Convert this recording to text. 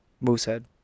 Moosehead